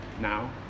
now